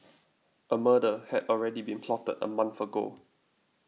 a murder had already been plotted a month ago